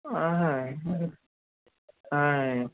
ఆయ్